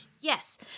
Yes